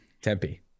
Tempe